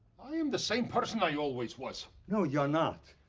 i am the same person i always was. no, you're not.